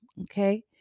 okay